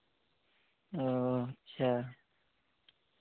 ᱚ ᱟᱪᱪᱷᱟ